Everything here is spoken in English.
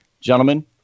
Gentlemen